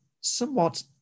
somewhat